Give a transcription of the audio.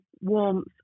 warmth